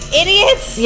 idiots